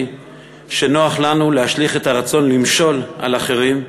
היא שנוח לנו להשליך את הרצון למשול על אחרים,